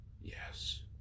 Yes